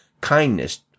kindness